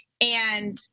and-